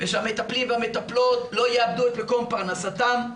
ושהמטפלים והמטפלות לא יאבדו את מקום פרנסתם.